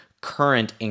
current